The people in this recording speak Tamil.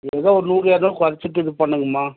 ஏதோ ஒரு நூறு இருநூறு குறைச்சிட்டு இது பண்ணுங்கம்மா